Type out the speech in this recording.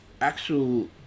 actual